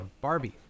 Barbie